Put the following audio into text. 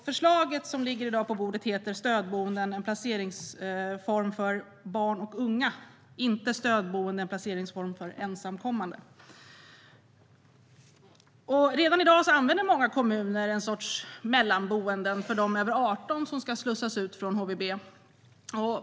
Förslaget i dag heter Stödboende - en ny placeringsform för barn och unga , inte Stödboende - en placeringsform för ensamkommande . Redan i dag använder sig många kommuner av en sorts mellanboenden för dem över 18 som ska slussas ut från HVB.